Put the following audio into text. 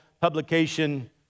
publication